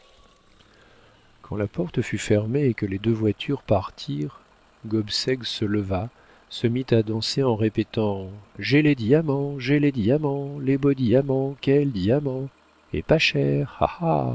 quand la porte fut fermée et que les deux voitures partirent gobseck se leva se mit à danser en répétant j'ai les diamants j'ai les diamants les beaux diamants quels diamants et pas cher